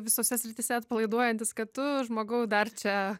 visose srityse atpalaiduojantis kad tu žmogau dar čia